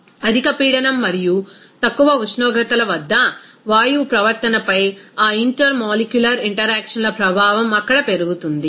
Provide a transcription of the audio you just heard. అధిక పీడనం మరియు తక్కువ ఉష్ణోగ్రతల వద్ద వాయువు ప్రవర్తనపై ఆ ఇంటర్మోలిక్యులర్ ఇంటరాక్షన్ల ప్రభావం అక్కడ పెరుగుతుంది